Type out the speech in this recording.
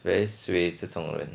very suay 这种人